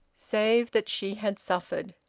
save that she had suffered.